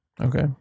Okay